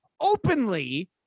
openly